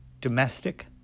domestic